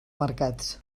mercats